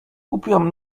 kupiłam